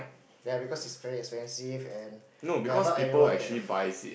ya because it's very expensive and ya not everyone can afford